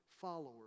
followers